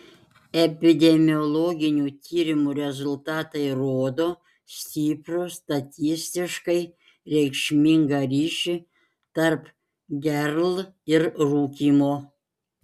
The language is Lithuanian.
epidemiologinių tyrimų rezultatai rodo stiprų statistiškai reikšmingą ryšį tarp gerl ir rūkymo